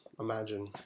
imagine